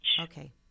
Okay